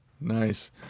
nice